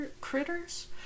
critters